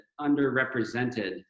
underrepresented